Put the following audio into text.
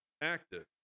active